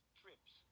trips